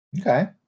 Okay